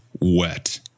wet